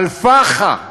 על פח"ע,